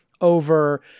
over